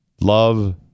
Love